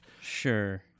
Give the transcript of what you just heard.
Sure